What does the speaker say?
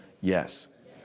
yes